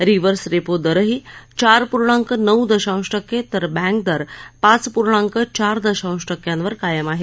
reverse repo दरही चार पूर्णांक नऊ दशांश टक्के तर बँक दर पाच पूर्णांक चार दशांश टक्क्यांवर कायम आहेत